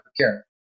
care